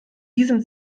diesem